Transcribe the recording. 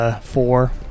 Four